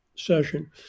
session